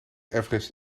everest